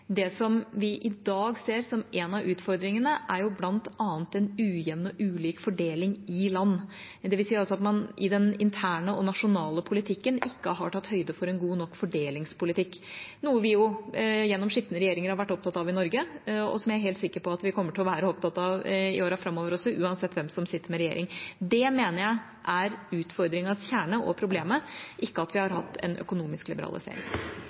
det som vi i dag ser som en av utfordringene, er bl.a. en ujevn og ulik fordeling i land, dvs. at man i den interne og nasjonale politikken ikke har tatt høyde for en god nok fordelingspolitikk, noe vi jo gjennom skiftende regjeringer har vært opptatt av i Norge, og som jeg er helt sikker på at vi kommer til å være opptatt av i årene framover også, uansett hvem som sitter i regjering. Det mener jeg er utfordringens kjerne og problemet, ikke at vi har hatt en økonomisk liberalisering.